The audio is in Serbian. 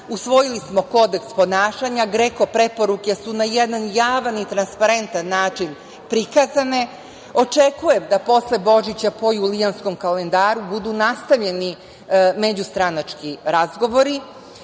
Usvojili smo Kodeks ponašanja, GREKO preporuke su na jedan javan i transparentan način prikazane. Očekujem da posle Božića po Julijanskom kalendaru budu nastavljeni međustranački razgovori,